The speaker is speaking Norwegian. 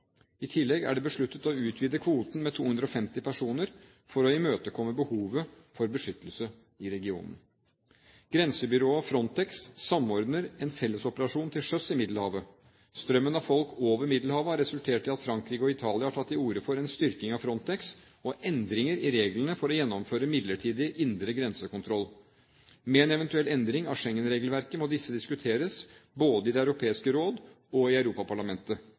I tillegg er det besluttet å utvide kvoten med 250 personer for å imøtekomme behovet for beskyttelse i regionen. Grensebyrået Frontex samordner en fellesoperasjon til sjøs i Middelhavet. Strømmen av folk over Middelhavet har resultert i at Frankrike og Italia har tatt til orde for en styrking av Frontex og endringer i reglene for å gjennomføre midlertidig indre grensekontroll. Med en eventuell endring av Schengen-regelverket må dette diskuteres både i Det europeiske råd og i Europaparlamentet.